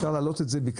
אפשר להעלות את זה בקצרה.